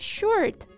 Short